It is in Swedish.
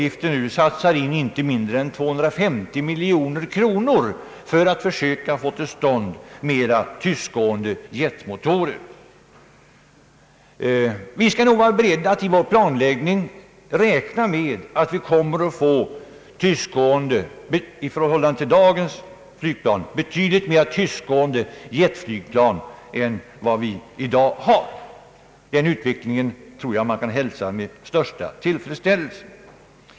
Där satsar man enligt uppgift inte mindre än 250 milj.kr.nor för att söka få till stånd mera tystgående jetmotorer. Vi skall nog vara beredda att i vår planläggning räkna med att vi kommer att få betydligt mera tystgående jetflygplan än vi har i dag. Den utvecklingen tror jag vi kan hälsa med största tillfredsställelse.